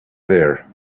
there